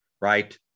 right